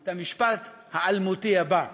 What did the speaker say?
את המשפט האלמותי הבא: